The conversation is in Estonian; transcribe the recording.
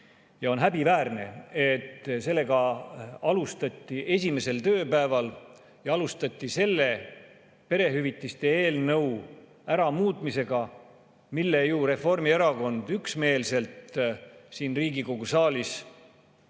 On häbiväärne, et sellega alustati esimesel tööpäeval, selle perehüvitiste eelnõu ära muutmisega, mille ju Reformierakond üksmeelselt siin Riigikogu saalis